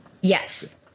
Yes